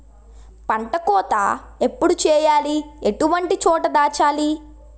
పంట కోత ఎప్పుడు చేయాలి? ఎటువంటి చోట దాచాలి?